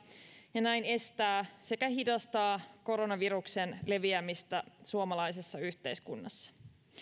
ja näin estää sekä hidastaa koronaviruksen leviämistä suomalaisessa yhteiskunnassa